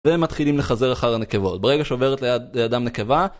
ומתחילים לחזר אחר הנקבות. ברגע שעוברת ליד לידם נקבה...